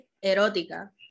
erótica